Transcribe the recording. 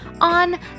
on